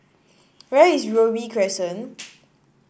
where is Robey Crescent